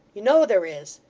you know there is!